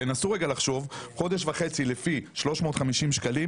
תנסו לחשוב חודש וחצי לפי 350 שקלים,